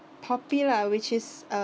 popular which is uh